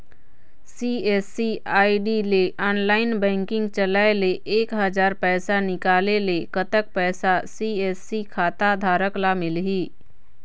CSC ID ले online banking चलाए ले एक हजार पैसा निकाले ले कतक पैसा सी.एस.सी खाता धारक ला मिलही?